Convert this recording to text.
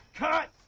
cut!